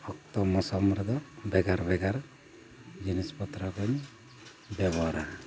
ᱚᱠᱛᱚ ᱢᱚᱣᱥᱢ ᱨᱮᱫᱚ ᱵᱷᱮᱜᱟᱨ ᱵᱷᱮᱜᱟᱨ ᱡᱤᱱᱤᱥ ᱯᱚᱛᱨᱚ ᱠᱚᱧ ᱵᱮᱵᱚᱦᱟᱨᱟ